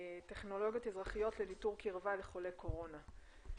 טכנולוגיות אזרחיות לניטור קירבה לחולי קורונה.